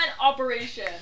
operation